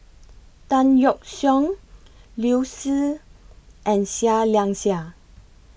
Tan Yeok Seong Liu Si and Seah Liang Seah